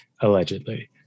Allegedly